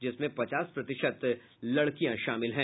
जिसमें पचास प्रतिशत लड़कियां शामिल है